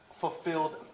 fulfilled